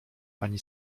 ani